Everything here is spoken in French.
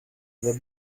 avait